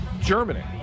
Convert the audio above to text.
Germany